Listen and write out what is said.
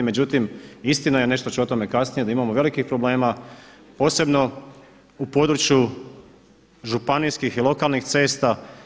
Međutim, istina je, nešto ću o tome i kasnije, da imamo velikih problema, posebno u području županijskih i lokalnih cesta.